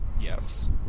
Yes